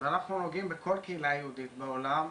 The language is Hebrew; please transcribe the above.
אנחנו נוגעים בכל קהילה יהודית בעולם,